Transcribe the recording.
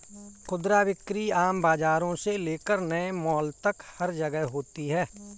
खुदरा बिक्री आम बाजारों से लेकर नए मॉल तक हर जगह होती है